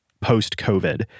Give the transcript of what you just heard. post-COVID